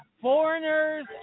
foreigners